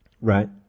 right